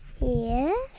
Yes